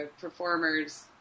performers